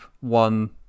one